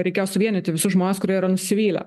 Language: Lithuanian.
reikėjo suvienyti visus žmones kurie yra nusivylę